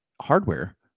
hardware